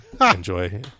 Enjoy